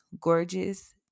gorgeous